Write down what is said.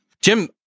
Jim